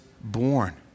born